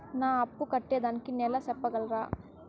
నా అప్పు కట్టేదానికి నెల సెప్పగలరా?